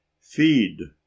feed